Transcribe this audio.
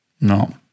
No